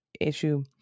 issue